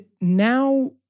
now